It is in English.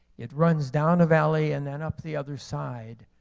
it runs down a valley and then up the other side,